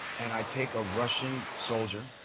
and i take a russian soldier,